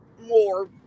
more